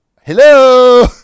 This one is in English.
hello